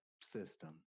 system